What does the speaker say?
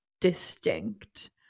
distinct